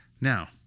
Now